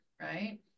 right